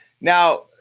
Now